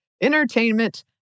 entertainment